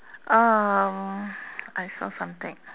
um I saw something